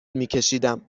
میکشیدم